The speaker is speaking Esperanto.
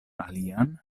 alian